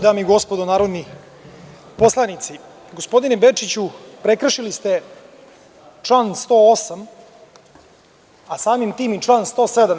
Dame i gospodo narodni poslanici, gospodine Bečiću, prekršili ste član 108. a samim tim i član 107.